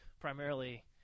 primarily